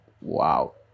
wow